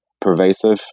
Pervasive